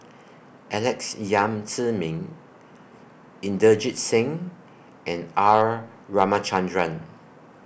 Alex Yam Ziming Inderjit Singh and R Ramachandran